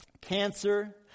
cancer